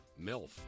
MILF